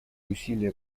усилия